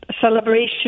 celebration